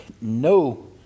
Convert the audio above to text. no